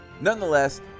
Nonetheless